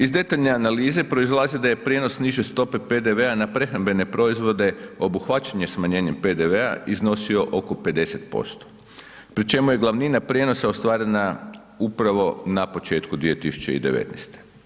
Iz detaljne analize proizlazi da je prijenos niže stope PDV-a na prehrambene proizvode obuhvaćeno smanjenjem PDV-a iznosio oko 50% pri čemu je glavnina prijenosa ostvarena upravo na početku 2019.